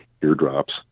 eardrops